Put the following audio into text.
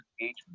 engagement